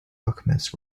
alchemist